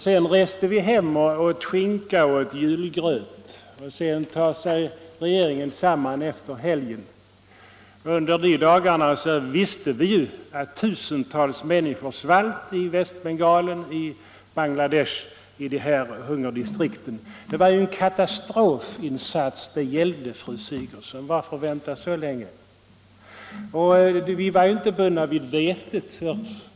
Sedan reste vi hem och åt skinka och julgröt, och regeringen tog sig inte samman förrän efter helgen. Vi visste att tusentals människor svalt i hungerdistrikten i Västbengalen och i Bangladesh under de mellanliggande dagarna. Det gällde en katastrofinsats, fru Sigurdsen. Varför vänta så länge? Vi var inte heller bundna vid vetet.